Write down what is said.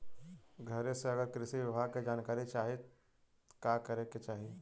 घरे से अगर कृषि विभाग के जानकारी चाहीत का करे के चाही?